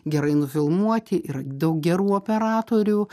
gerai nufilmuoti ir daug gerų operatorių